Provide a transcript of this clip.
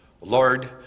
Lord